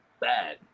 bad